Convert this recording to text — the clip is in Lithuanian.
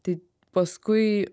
tai paskui